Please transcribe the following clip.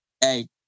hey